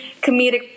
comedic